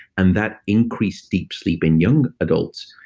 and that increased deep sleep in young adults,